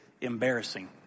embarrassing